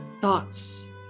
thoughts